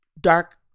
dark